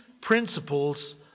principles